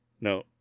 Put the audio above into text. No